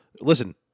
listen